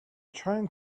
trying